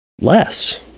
less